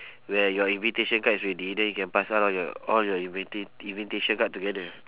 where your invitation card is ready then you can pass all your all your invita~ invitation card together